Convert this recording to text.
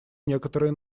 некоторые